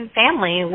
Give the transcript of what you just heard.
family